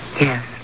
Yes